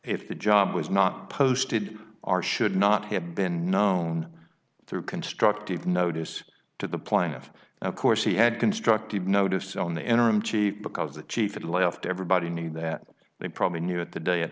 if the job was not posted are should not have been known through constructive notice to the plaintiff and of course he had constructive notice on the interim chief because the chief and left everybody knew that they probably knew it the day it